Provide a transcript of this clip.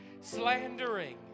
Slandering